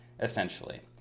essentially